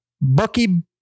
Bucky